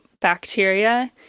bacteria